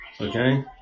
Okay